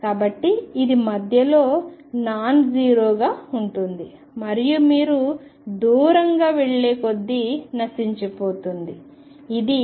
కాబట్టి ఇది మధ్యలో నాన్ జీరోగా ఉంటుంది మరియు మీరు దూరంగా వెళ్లే కొద్దీ నశించిపోతుంది క్షీణిస్తుంది